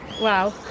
wow